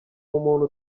umuntu